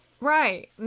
Right